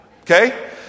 Okay